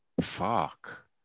Fuck